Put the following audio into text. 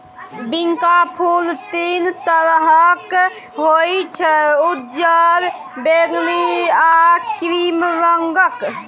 बिंका फुल तीन तरहक होइ छै उज्जर, बैगनी आ क्रीम रंगक